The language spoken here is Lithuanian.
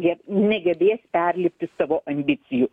jie negebės perlipti savo ambicijų